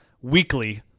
weekly